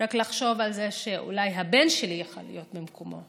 רק לחשוב על זה שאולי הבן שלי יכול היה להיות במקומו,